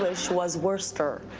was worster.